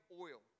oil